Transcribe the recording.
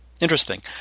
Interesting